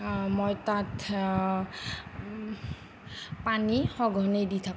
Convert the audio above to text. মই তাত পানী সঘনেই দি থাকোঁ